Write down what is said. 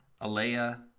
Alea